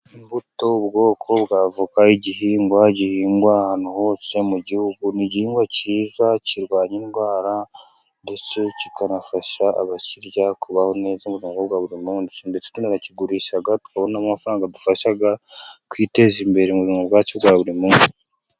Imbuto ubwoko bw'avoka, igihingwa gihingwa ahantu hose mu gihugu, n'igihingwa cyiza kirwanya indwara, ndetse kikanafasha abakirya kubaho neza mu buzima bwa buri munsi, tukigurisha twabona amafaranga adufasha kwiteza imbere, mu buzima bwacu bwa buri munsi.